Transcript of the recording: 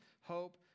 hope